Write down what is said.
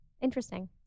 interesting